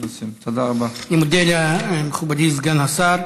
אני מודה למכובדי סגן השר.